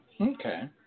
Okay